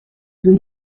due